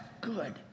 good